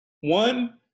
one